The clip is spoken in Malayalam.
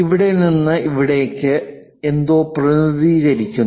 ഇവിടെ നിന്ന് ഇവിടേക്ക് എന്തോ പ്രതിനിധീകരിക്കുന്നു